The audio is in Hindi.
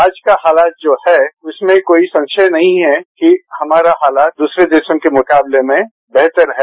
आज का हालात जो है उसमें कोई संशय नहीं है कि हमारी हालात दूसरे देशों के मुकाबले में बेहतर है